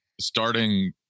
starting